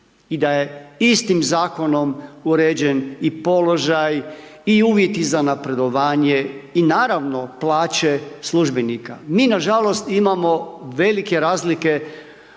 i da je istim zakonom i uređen položaj i uvjeti za napredovanje i naravno plaće službenika. Mi nažalost imamo velike razlike